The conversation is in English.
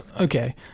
okay